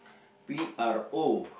P R O